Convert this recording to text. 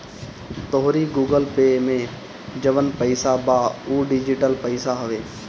तोहरी Google Pay में जवन पईसा बा उ डिजिटल पईसा हवे